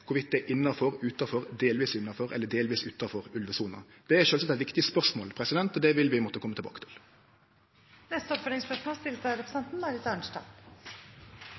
det er innanfor, utanfor, delvis innanfor eller delvis utanfor ulvesona. Det er sjølvsagt eit viktig spørsmål, og det vil vi måtte kome tilbake til. Marit Arnstad – til oppfølgingsspørsmål. Det er